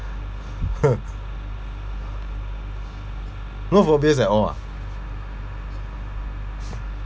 no phobias at all ah